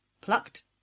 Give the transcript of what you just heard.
plucked